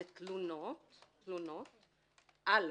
זה תלונות על שריפה,